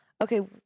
okay